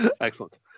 Excellent